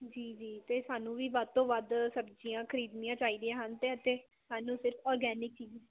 ਜੀ ਜੀ ਅਤੇ ਸਾਨੂੰ ਵੀ ਵੱਧ ਤੋਂ ਵੱਧ ਸਬਜ਼ੀਆਂ ਖਰੀਦਣੀਆਂ ਚਾਹੀਦੀਆਂ ਹਨ ਤੇ ਅਤੇ ਸਾਨੂੰ ਸਿਰਫ ਔਰਗੈਨਿਕ ਹੀ